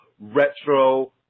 retro